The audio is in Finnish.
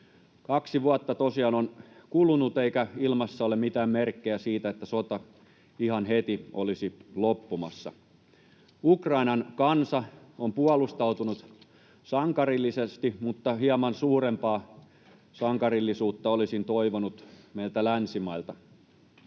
Kaksi vuotta tosiaan on kulunut, eikä ilmassa ole mitään merkkejä siitä, että sota ihan heti olisi loppumassa. Ukrainan kansa on puolustautunut sankarillisesti, mutta hieman suurempaa sankarillisuutta olisin toivonut meiltä länsimailta.